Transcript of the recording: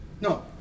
no